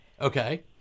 Okay